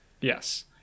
yes